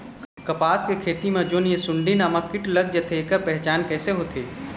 कपास के खेती मा जोन ये सुंडी नामक कीट लग जाथे ता ऐकर पहचान कैसे होथे?